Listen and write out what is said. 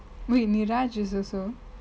wait niraj is also